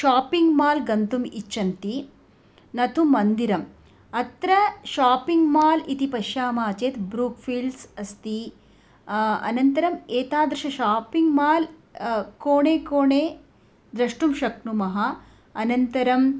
shopping mall गन्तुम् इच्छन्ति न तु मन्दिरम् अत्र शापिङ्ग् माल् इति पश्यामः चेत् ब्रूफी़ल्ड्स् अस्ति अनन्तरम् एतादृशं शापिङ्ग् माल् कोणे कोणे दृष्टुं शक्नुमः अनन्तरम्